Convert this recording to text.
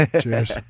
Cheers